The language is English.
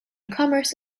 commerce